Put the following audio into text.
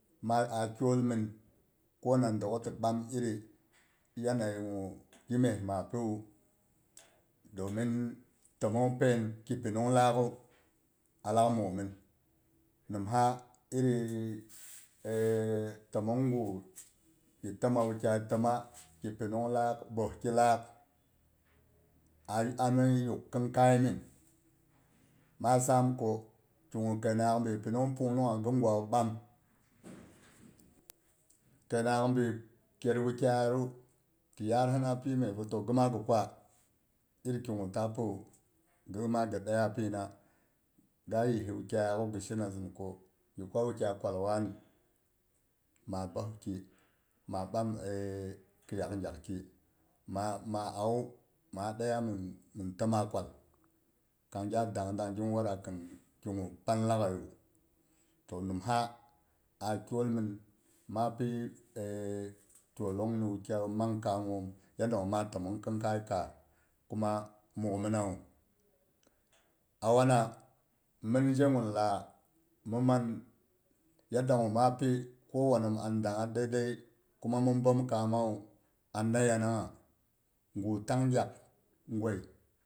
Ma a kyol ko na dokhu ti bam iri yanagi gu gi meh ma piyu demin tommong pain ki pinung lakhu alak mughim in nimha tommong gu gi tomma wukyai tomma ki pinung lak boh ki lak a ami yugh khin kaiya min ma sam ko ki gu kai nanghak bai pinung pung mungha wu ɓam, kai nanghak bi kyaat wukyayatdu ti yaa hin api myeb bu to ghi ɗaya pina, ga yis wukyaiyakhu ghi she na zin ko ki kwa wukyai kwal wani ma boeh ki ma ɓam kiyak gyakki ma ma awu a ɗaya mhin tomma kwal kangya dang gin wada khin kigu ɗai laaghaiyu, to nimha a kyol min mapi kyokong ni wukyai yom mang kamom yandagu ma tomong khikal kaah kuma mugh minawu. Awana min je gun lah min man yadok gu ma pi ko wan nom and dangha dai dai kuma mhin bomkamwu an na yanangha gu tang gyak gwai ma kwa min tomongha.